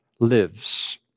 Lives